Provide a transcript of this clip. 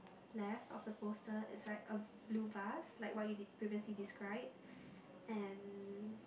left of the poster is like a blue vase like what you did previously described and